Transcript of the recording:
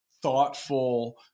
thoughtful